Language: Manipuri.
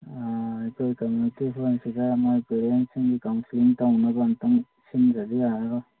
ꯑꯥ ꯑꯩꯈꯣꯏ ꯀꯝꯃ꯭ꯌꯨꯅꯤꯇꯤ ꯍꯣꯜꯁꯤꯗ ꯃꯣꯏ ꯄꯦꯔꯦꯟꯁꯁꯤꯡ ꯀꯥꯎꯟꯁꯦꯂꯤꯡ ꯇꯧꯅꯕ ꯑꯝꯇꯪ ꯁꯤꯟꯗ꯭ꯔꯗꯤ ꯌꯥꯔꯔꯣꯏ